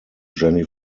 jenny